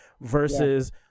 versus